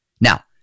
Now